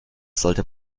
sollte